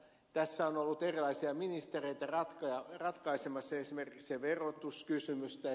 tässä on ollut erilaisia ministereitä ratkaisemassa esimerkiksi verotuskysymystä